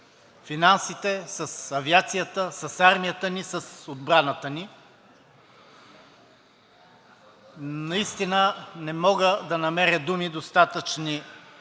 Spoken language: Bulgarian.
финансите, с авиацията, с армията ни, с отбраната ни. Наистина не мога да намеря достатъчно